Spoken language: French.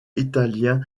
italien